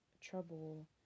trouble